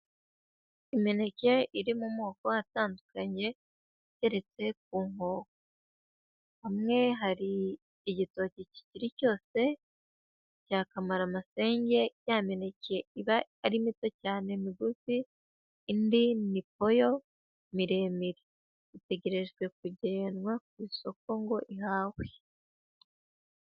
Imineke iri mu moko atandukanye iteretse ku nkoko, hamwe hari igitoki kikiri cyose cya kamaramasenge, ya mineke iba ari mito cyane, migufi; indi ni poyo miremire, itegereje kujyanwa ku isoko ngo ihahwe.